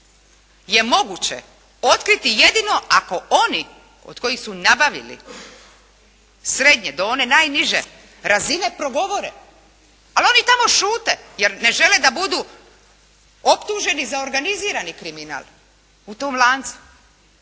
je moguće otkriti jedino ako oni od kojih su nabavili srednje, do one najniže razine progovore. Ali oni tamo šute jer ne žele da butu optuženi za organizirani kriminal, u tom lancu.